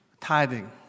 Tithing